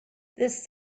this